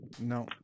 No